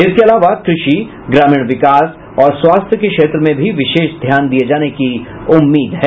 इसके अलावा कृषि ग्रामीण विकास और स्वास्थ्य के क्षेत्र में भी विशेष ध्यान दिये जाने की उम्मीद है